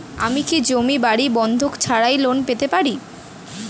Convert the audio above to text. আমি কি জমি বাড়ি বন্ধক ছাড়াই লোন পেতে পারি?